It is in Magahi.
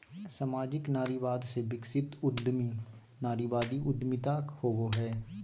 सामाजिक नारीवाद से विकसित उद्यमी नारीवादी उद्यमिता होवो हइ